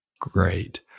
Great